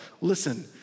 Listen